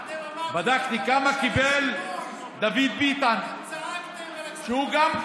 ואתם אמרתם שאתם ממשלת שינוי, אתם צעקתם על הכספים